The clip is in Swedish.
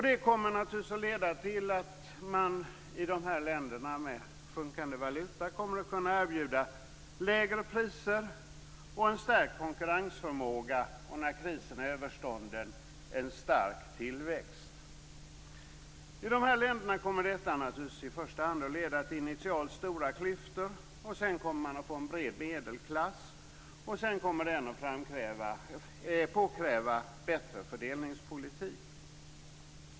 Det kommer naturligtvis att leda till att man i de här länderna med sjunkande valuta kommer att kunna erbjuda lägre priser och en stärkt konkurrensförmåga. När krisen är överstånden blir det en stark tillväxt. I de här länderna kommer detta naturligtvis att initialt leda till stora klyftor. Sedan kommer man att få en bred medelklass, och därefter kommer den att kräva bättre fördelningspolitik.